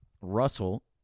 Russell